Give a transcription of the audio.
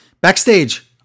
backstage